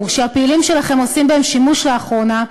שהפעילים שלכם עושים בהן שימוש לאחרונה,